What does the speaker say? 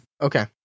Okay